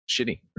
Shitty